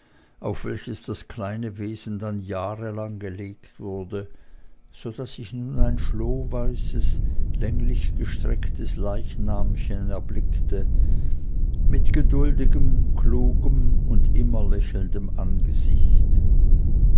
auf welches das kleine wesen dann jahrelang gelegt wurde so daß ich nun ein schlohweißes länglichgestrecktes leichnamchen erblickte mit geduldigem klugem und immer lächelndem angesicht